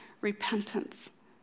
repentance